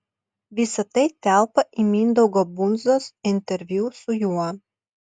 visa tai telpa į mindaugo bundzos interviu su juo